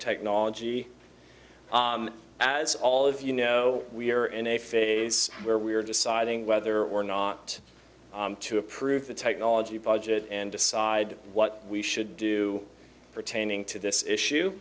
technology as all of you know we are in a phase where we are deciding whether or not to approve the technology budget and decide what we should do pertaining to this